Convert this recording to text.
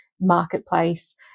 marketplace